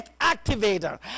activator